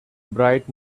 bright